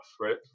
right